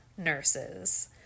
Nurses